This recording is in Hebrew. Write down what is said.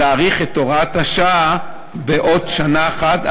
להאריך את הוראת השעה בעוד שנה אחת,